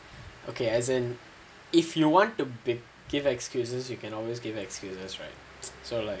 okay as in if you want to be give excuses you can always give excuses right so like